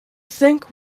think